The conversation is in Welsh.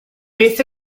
beth